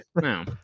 No